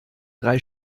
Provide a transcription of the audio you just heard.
drei